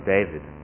David